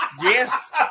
yes